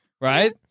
right